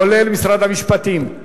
כולל משרד המשפטים,